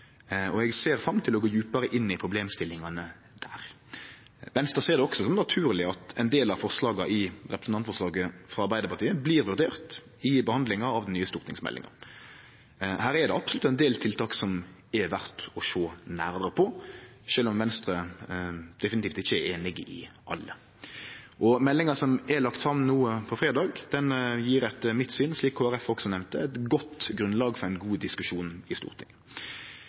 og eg ser fram til å gå djupare inn i problemstillingane der. Venstre ser det også som naturleg at ein del av forslaga i representantforslaget frå Arbeidarpartiet blir vurderte i behandlinga av den nye stortingsmeldinga. Her er det absolutt ein del tiltak som er verdt å sjå nærare på, sjølv om Venstre definitivt ikkje er einig i alle. Meldinga som vart lagd fram no på fredag, gjev etter mitt syn – slik Kristeleg Folkeparti også nemnde – eit godt grunnlag for ein god diskusjon i Stortinget.